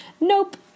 nope